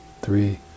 three